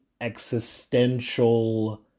existential